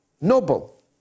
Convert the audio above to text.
noble